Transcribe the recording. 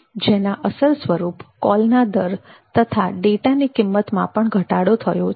જેના અસર સ્વરૂપ કોલના દર તથા ડેટાની કિંમતમાં પણ ઘટાડો થયો છે